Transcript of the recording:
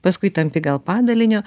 paskui tampi gal padalinio